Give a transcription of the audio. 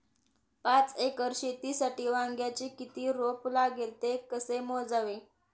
पाच एकर शेतीसाठी वांग्याचे किती रोप लागेल? ते कसे मोजावे?